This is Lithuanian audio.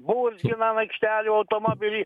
burzgina an aikštelių automobilį